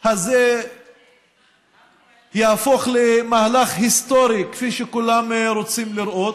הזה יהפוך למהלך היסטורי, כפי שכולם רוצים לראות.